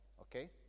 okay